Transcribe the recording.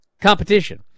Competition